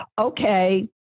okay